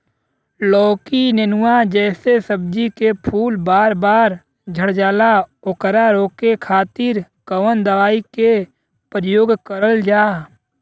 लौकी नेनुआ जैसे सब्जी के फूल बार बार झड़जाला ओकरा रोके खातीर कवन दवाई के प्रयोग करल जा?